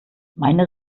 meine